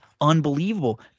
Unbelievable